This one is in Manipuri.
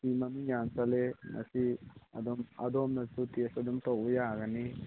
ꯁꯤ ꯃꯃꯤꯡ ꯌꯥꯝ ꯆꯠꯂꯦ ꯃꯁꯤ ꯑꯗꯣꯝꯅꯁꯨ ꯇꯦꯁ ꯑꯗꯨꯝ ꯇꯧꯕ ꯌꯥꯒꯅꯤ